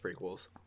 prequels